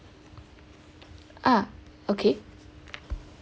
uh okay